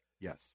Yes